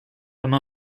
comme